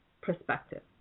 perspective